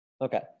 Okay